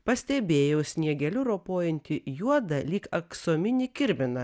pastebėjau sniegeliu ropojantį juodą lyg aksominį kirminą